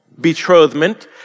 betrothment